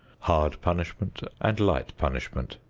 hard punishment and light punishment.